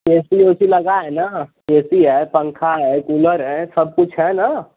ए C ऊसी लगा है ना ए सी है पंखा है कूलर है सब कुछ है न